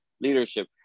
leadership